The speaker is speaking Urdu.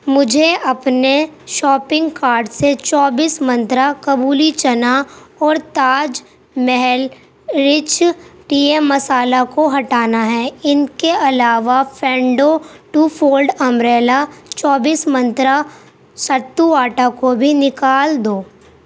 مجھے اپنے شاپنگ کارڈ سے چوبیس منترا کابلی چنا اور Taj Mahal rich tea مسالہ کو ہٹانا ہے ان کے علاوہ فینڈو ٹو فولڈ امبریلا چوبیس منترا ستّو آٹا کو بھی نکال دو